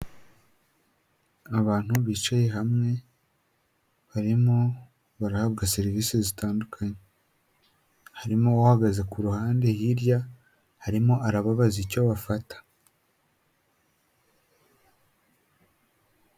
Abantu bicaye hamwe, barimo barahabwa serivisi zitandukanye. Harimo uhagaze ku ruhande hirya, arimo arabaza icyo bafata.